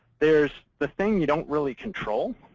there's the thing you don't really control,